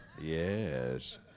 Yes